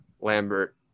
Lambert